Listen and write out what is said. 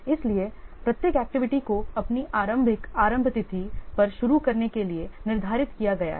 इसलिए प्रत्येक एक्टिविटी को अपनी आरंभिक आरंभ तिथि पर शुरू करने के लिए निर्धारित किया गया है